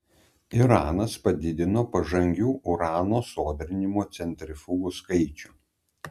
iranas padidino pažangių urano sodrinimo centrifugų skaičių